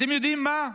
אתם יודעים מה?